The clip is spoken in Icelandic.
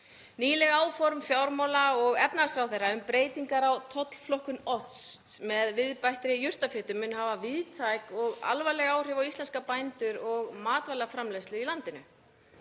Nýleg áform fjármála- og efnahagsráðherra um breytingar á tollflokkun osts með viðbættri jurtafitu munu hafa víðtæk og alvarleg áhrif á íslenska bændur og matvælaframleiðslu í landinu.